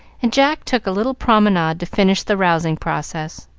and jack took a little promenade to finish the rousing process.